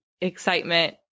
excitement